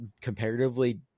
comparatively